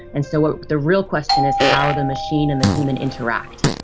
and so the real question is how the machine and the human interact